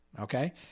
okay